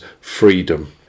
freedom